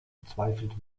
bezweifelt